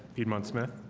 piedmont smith.